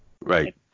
Right